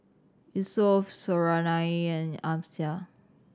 Yusuf Suriani and Amsyar